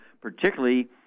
particularly